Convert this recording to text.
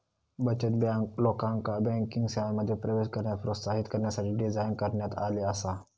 बचत बँक, लोकांका बँकिंग सेवांमध्ये प्रवेश करण्यास प्रोत्साहित करण्यासाठी डिझाइन करण्यात आली आसा